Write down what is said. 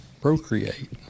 procreate